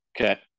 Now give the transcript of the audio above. okay